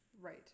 right